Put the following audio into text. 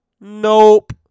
Nope